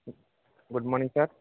good morning sir